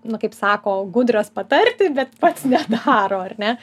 nu kaip sako gudrios patarti bet pats nedaro ar ne